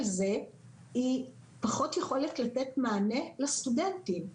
זה היא פחות יכולת לתת מענה לסטודנטים,